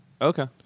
Okay